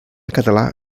català